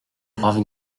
brave